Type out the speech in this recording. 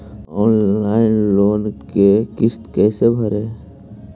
Online loan के किस्त कैसे भरे?